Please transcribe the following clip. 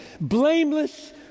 blameless